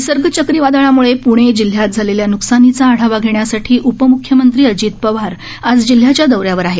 निसर्ग चक्रीवादळामुळे प्णे जिल्ह्यात झालेल्या न्कसानीचा आढावा घेण्यासाठी उपमुख्यमंत्री अजित पवार आज जिल्ह्याच्या दौऱ्यावर आहेत